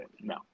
no